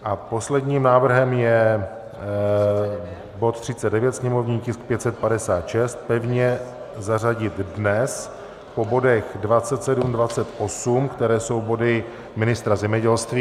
A posledním návrhem je bod 39, sněmovní tisk 556, pevně zařadit dnes po bodech 27, 28., které jsou body ministra zemědělství.